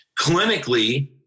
clinically